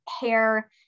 hair